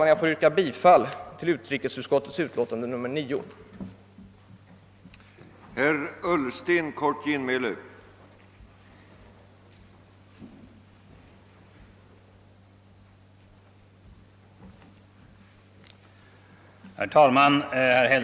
Jag ber att få yrka bifall till utrikesutskottets hemställan i dess utlåtande nr 9.